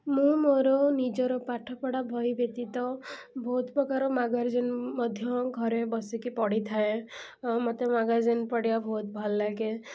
ମୁଁ ମୋର ନିଜର ପାଠପଢ଼ା ବହି ବ୍ୟତୀତ ବହୁତ ପ୍ରକାର ମ୍ୟାଗାଜିନ୍ ମଧ୍ୟ ଘରେ ବସିକି ପଢ଼ିଥାଏ ଆଉ ମୋତେ ମ୍ୟାଗାଜିନ୍ ପଢ଼ିବାକୁ ବହୁତ ଭଲ ଲାଗେ